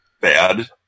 bad